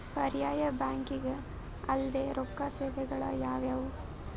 ಪರ್ಯಾಯ ಬ್ಯಾಂಕಿಂಗ್ ಅಲ್ದೇ ರೊಕ್ಕ ಸೇವೆಗಳು ಯಾವ್ಯಾವು?